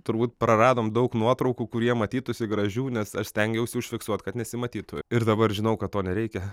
turbūt praradom daug nuotraukų kur jie matytųsi gražių nes aš stengiausi užfiksuot kad nesimatytų ir dabar žinau kad to nereikia